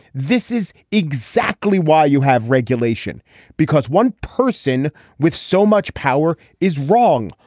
this is exactly why you have regulation because one person with so much power is wrong.